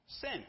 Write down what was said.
sin